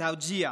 התאוג'יהי.